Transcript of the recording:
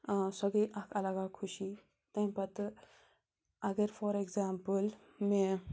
سۄ گٔے اَکھ اَلگ اکھ خوشی تمہِ پَتہٕ اَگر فار اٮ۪کزامپٕل مےٚ